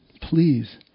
Please